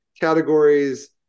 categories